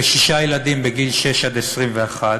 ושל שישה ילדים בגיל שש עד 21,